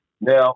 Now